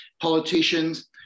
politicians